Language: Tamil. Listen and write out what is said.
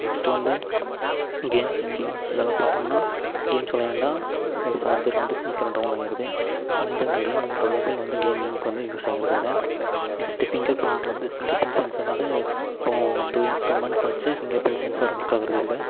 நெக்ஸ்ட் வந்து கேம்ஸ் அண்ட் வீடியோஸ் இதெல்லாம் பார்த்தம்னா கேம்ஸ் விளையாண்டா சார்ஜர் வந்து சீக்கரம் டவுனாயிடுது ஸோ வந்து அந்த கேம் இந்த மொபைல் வந்து கேமிங்க்கு வந்து யூஸ் ஆகிறதுல்ல நெக்ஸ்ட் ஃபிங்கர் ப்ரிண்ட் வந்து ஃபிங்கர் ப்ரிண்ட் சென்ஸார் வந்து இப்போது டூ இயர் டூ மந்த்ஸ் ஆச்சு ஃபிங்கர் ப்ரிண்ட் சென்ஸார் ஒர்க் ஆகிறதுல்ல